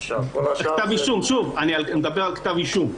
אקרא את מה שאמר השופט על כתב האישום.